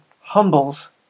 humbles